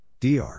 DR